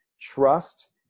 Trust